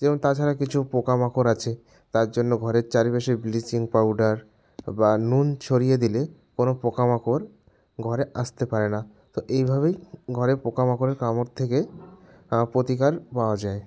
যেমন তাছাড়া কিছু পোকামাকড় আছে তার জন্য ঘরের চারিপাশে ব্লিচিং পাউডার বা নুন ছড়িয়ে দিলে কোনও পোকামাকড় ঘরে আসতে পারে না তো এইভাবেই ঘরে পোকামাকড়ের কামড় থেকে প্রতিকার পাওয়া যায়